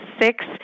six